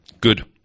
Good